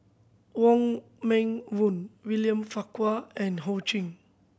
Wong Meng Voon William Farquhar and Ho Ching